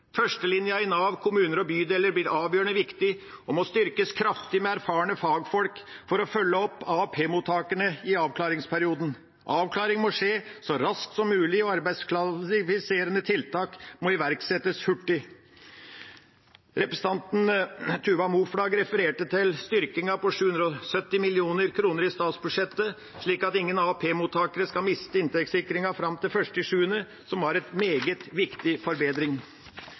Førstelinja i Nav, kommuner og bydeler blir avgjørende viktig og må styrkes kraftig med erfarne fagfolk for å følge opp AAP-mottakerne i avklaringsperioden. Avklaring må skje så raskt som mulig, og arbeidskvalifiserende tiltak må iverksettes hurtig. Representanten Tuva Moflag refererte til styrkingen på 770 mill. kr i statsbudsjettet, slik at ingen AAP-mottakere skal miste inntektssikringen fram til 1. juli, noe som var en meget viktig forbedring.